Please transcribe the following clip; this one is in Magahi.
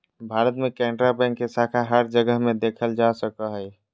भारत मे केनरा बैंक के शाखा हर जगह मे देखल जा सको हय